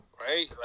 right